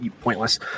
pointless